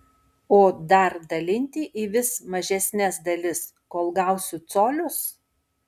o dar dalinti į vis mažesnes dalis kol gausiu colius